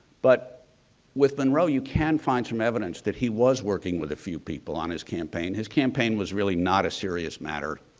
but with monroe, you can find some evidence that he was working with a few people on his campaign. his campaign was really not a serious matter.